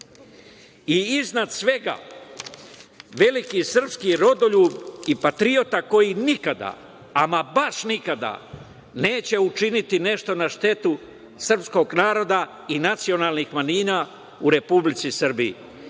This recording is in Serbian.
i iznad svega veliki srpski rodoljub i patriota koji nikada, baš nikada, neće učiniti nešto na štetu srpskog naroda i nacionalnih manjina u Republici